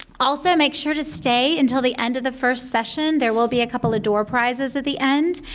also make sure to stay until the end of the first session. there will be a couple of door prizes at the end,